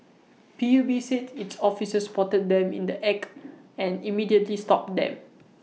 P U B said its officers spotted them in the act and immediately stopped them